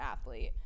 athlete